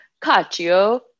cacio